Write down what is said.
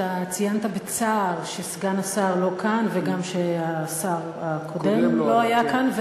אתה ציינת בצער שסגן השר לא כאן וגם שהשר הקודם לא היה כאן.